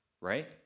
right